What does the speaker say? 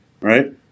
right